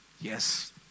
Yes